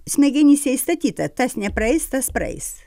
smegenyse įstatyta tas nepraeis tas praeis